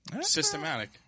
Systematic